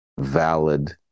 valid